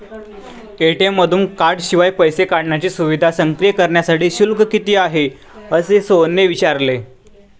ATM मधून कार्डशिवाय पैसे काढण्याची सुविधा सक्रिय करण्यासाठी शुल्क किती आहे, असे सोहनने विचारले